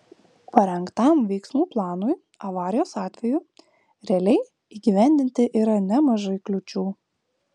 parengtam veiksmų planui avarijos atveju realiai įgyvendinti yra nemažai kliūčių